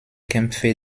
kämpfe